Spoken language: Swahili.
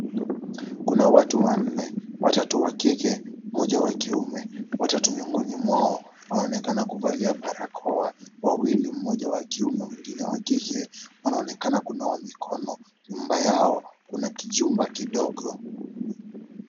Kuna watu wanne watatu wa kike mmoja wa kiume watatu miongoni mwao wanaonekana kuvalia barakoa wawili mmoja wa kiume mwingine wa kike wanaonekana kunawa mikono nyuma yao kuna kijumba kidogo.